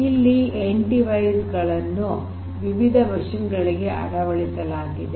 ಇಲ್ಲಿ end devices ಗಳನ್ನು ವಿವಿಧ ಯಂತ್ರಗಳಿಗೆ ಅಳವಡಿಸಲಾಗಿದೆ